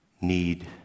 need